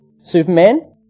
Superman